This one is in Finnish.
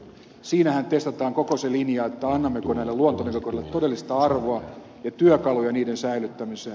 siinähän testataan koko se linja annammeko näille luontonäkökohdille todellista arvoa ja työkaluja niiden säilyttämiseen